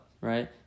right